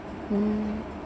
hmm